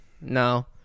No